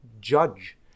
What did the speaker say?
judge